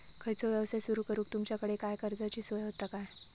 खयचो यवसाय सुरू करूक तुमच्याकडे काय कर्जाची सोय होता काय?